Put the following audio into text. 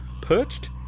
Perched